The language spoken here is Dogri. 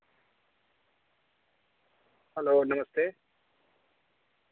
हैल्लो नमस्ते